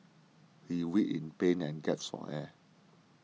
he writhed in pain and gasped for air